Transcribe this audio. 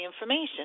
information